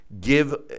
give